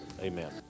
amen